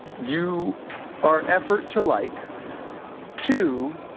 you are effort to like two.